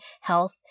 health